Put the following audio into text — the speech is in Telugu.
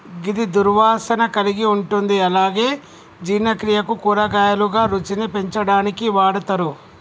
గిది దుర్వాసన కలిగి ఉంటుంది అలాగే జీర్ణక్రియకు, కూరగాయలుగా, రుచిని పెంచడానికి వాడతరు